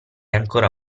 ancora